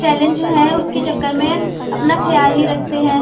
challenge ہیں اس کے چکر میں اپنا خیال نہیں رکھتے ہیں